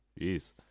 Jeez